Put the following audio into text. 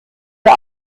der